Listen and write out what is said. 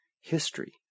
history